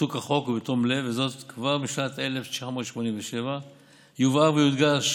בוצעו כחוק ובתום לב וזאת כבר בשנת 1987. יובהר ויודגש